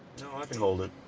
no i can hold it.